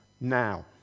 now